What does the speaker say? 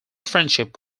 friendship